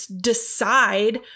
decide